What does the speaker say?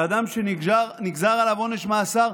היא שאדם שנגזר עליו עונש מאסר,